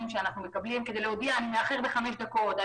שאנחנו מקבלים כדי להודיע שהוא מאחר בחמש דקות,